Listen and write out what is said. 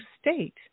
state